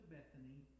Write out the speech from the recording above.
Bethany